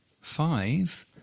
five